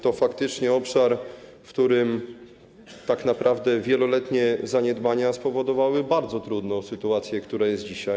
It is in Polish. To faktycznie obszar, w którym tak naprawdę wieloletnie zaniedbania spowodowały bardzo trudną sytuację, która jest dzisiaj.